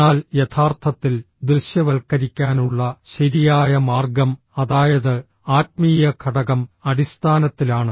എന്നാൽ യഥാർത്ഥത്തിൽ ദൃശ്യവൽക്കരിക്കാനുള്ള ശരിയായ മാർഗ്ഗം അതായത് ആത്മീയ ഘടകം അടിസ്ഥാനത്തിലാണ്